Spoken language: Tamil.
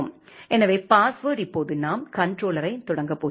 எனவே பாஸ்வெர்ட் இப்போது நாம் கண்ட்ரோலரைத் தொடங்கப் போகிறோம்